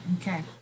okay